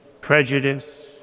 prejudice